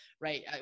right